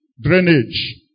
Drainage